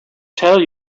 tell